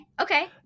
Okay